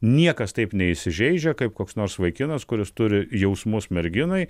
niekas taip neįsižeidžia kaip koks nors vaikinas kuris turi jausmus merginai